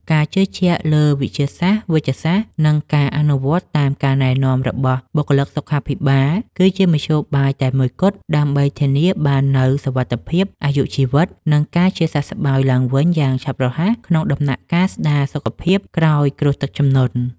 ការជឿជាក់លើវិទ្យាសាស្ត្រវេជ្ជសាស្ត្រ និងការអនុវត្តតាមការណែនាំរបស់បុគ្គលិកសុខាភិបាល គឺជាមធ្យោបាយតែមួយគត់ដើម្បីធានាបាននូវសុវត្ថិភាពអាយុជីវិត និងការជាសះស្បើយឡើងវិញយ៉ាងឆាប់រហ័សក្នុងដំណាក់កាលស្តារសុខភាពក្រោយគ្រោះទឹកជំនន់។